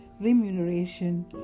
remuneration